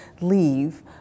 leave